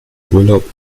urlaub